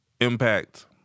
impact